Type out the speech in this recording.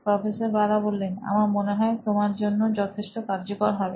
professor Bala আমার মনে হয় তোমার জন্য যথেষ্ট কার্যকর হবে